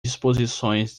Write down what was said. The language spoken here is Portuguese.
disposições